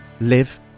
live